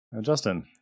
Justin